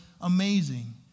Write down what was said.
amazing